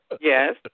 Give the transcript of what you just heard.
Yes